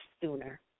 sooner